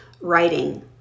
writing